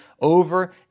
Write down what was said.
over